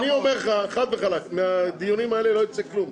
אני אומר לך חד וחלק מהדיונים האלה לא ייצא כלום.